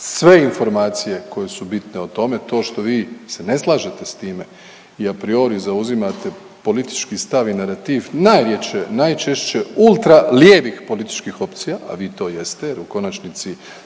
sve informacije koje su bitne o tome. To što vi se ne slažete s time i a priori zauzimate politički stav i narativ najčešće ultra lijevih političkih opcija, a vi to jeste jer u konačnici